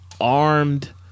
armed